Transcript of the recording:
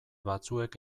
batzuek